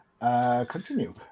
Continue